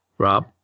Rob